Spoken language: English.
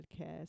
podcast